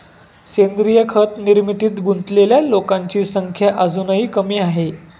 सेंद्रीय खत निर्मितीत गुंतलेल्या लोकांची संख्या अजूनही कमी आहे